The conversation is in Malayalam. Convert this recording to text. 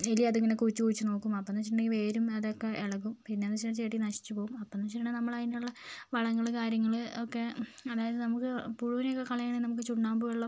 എലി അതിങ്ങനെ കുഴിച്ച് കുഴിച്ച് നോക്കും അപ്പോഴെന്നു വെച്ചിട്ടുണ്ടെങ്കിൽ വേരും അതൊക്കെ ഇളകും പിന്നെയെന്നു വെച്ചാൽ ആ ചെടി നശിച്ചുപോകും അപ്പോഴെന്നു വെച്ചിട്ടുണ്ടെങ്കിൽ നമ്മളതിനുള്ള വളങ്ങൾ കാര്യങ്ങൾ ഒക്കെ അതായത് നമുക്ക് പുഴുവിനെയൊക്കെ കളയാനാണെങ്കിൽ നമുക്ക് ചുണ്ണാമ്പ് വെള്ളം